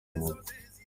umwuga